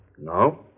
No